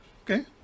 Okay